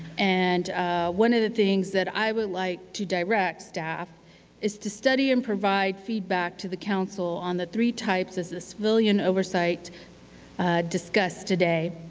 and one of the things that i would like to direct staff is to study and provide feedback to the council on the three types of civilian oversight discussed today.